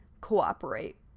cooperate